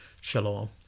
Shalom